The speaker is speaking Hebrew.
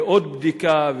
ועוד בדיקה,